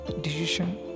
decision